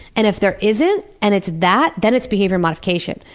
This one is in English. and if there isn't, and it's that, then it's behavior modification.